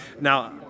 Now –